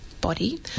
body